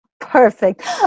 Perfect